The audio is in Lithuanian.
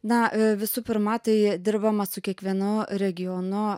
na visų pirma tai dirbama su kiekvienu regionu